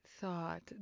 thought